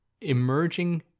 emerging